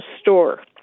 store